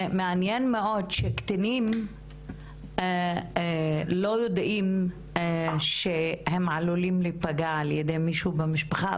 מעניין מאוד שקטינים לא יודעים שהם עלולים להיפגע על ידי מישהו מהמשפחה,